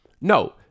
No